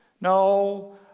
No